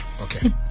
Okay